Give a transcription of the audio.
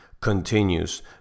continues